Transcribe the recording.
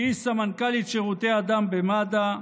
שהיא סמנכ"לית שירותי הדם במד"א,